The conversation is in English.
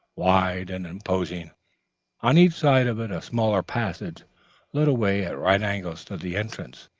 wide and imposing on each side of it a smaller passage led away at right angles to the entrance,